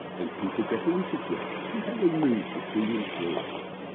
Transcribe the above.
how people get into jobs, and how they move between employers